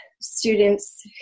Students